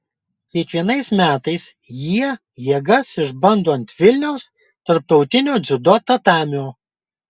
kiekvienais metais jie jėgas išbando ant vilniaus tarptautinio dziudo tatamio